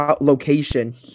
location